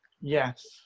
Yes